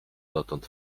dotąd